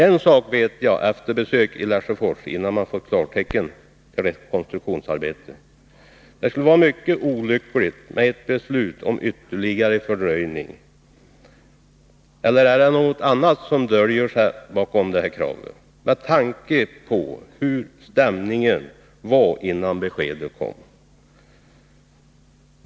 En sak vet jag, efter ett besök i Lesjöfors innan man där fått klartecken för rekonstruktionsarbete: Det skulle vara mycket olyckligt med ett beslut om ytterligare fördröjning. Eller är det något annat som döljer sig i detta krav, med tanke på hur stämningen var innan beskedet kom?